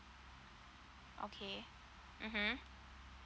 okay mmhmm